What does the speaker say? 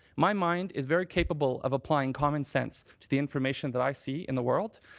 my mind is very capable of applying common sense to the information that i see in the world.